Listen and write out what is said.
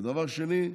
ודבר שני,